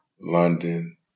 London